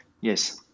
Yes